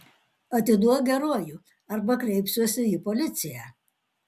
atiduok geruoju arba kreipsiuosi į policiją